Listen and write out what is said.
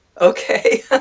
Okay